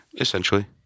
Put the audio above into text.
essentially